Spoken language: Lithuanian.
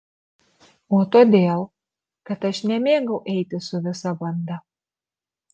o todėl kad aš nemėgau eiti su visa banda